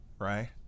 right